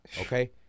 Okay